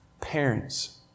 Parents